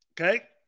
Okay